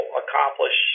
accomplish